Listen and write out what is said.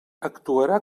actuarà